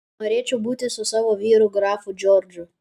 norėčiau būti su savo vyru grafu džordžu